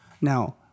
Now